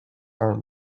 are